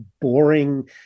boring